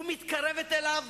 ומתקרבת אליו